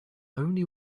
only